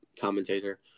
commentator